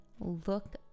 look